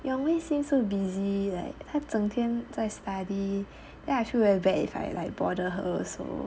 yong wei seem so busy like 他整天在 study then I feel very bad if I like her bothe